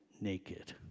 naked